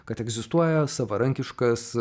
kad egzistuoja savarankiškas